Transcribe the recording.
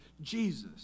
Jesus